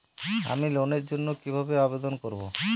আমি লোনের জন্য কিভাবে আবেদন করব?